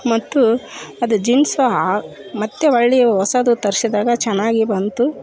ಮತ್ತು ಅದು ಜೀನ್ಸು ಮತ್ತೆ ಹೊಳ್ಳಿ ಹೊಸಾದು ತರಿಸಿದಾಗ ಚೆನ್ನಾಗಿ ಬಂತು